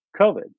COVID